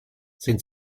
sind